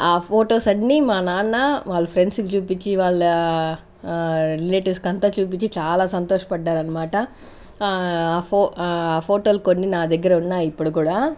ఆ ఫొటోస్ అన్నీ మా నాన్న వాళ్ళ ఫ్రెండ్స్కి చూపించి వాళ్ళ రిలేటివ్స్ అంతా చూపించి చాలా సంతోషపడ్డారు అనమాట ఫో ఫోటోలు కొన్ని నా దగ్గర ఉన్నాయి ఇప్పడు కూడా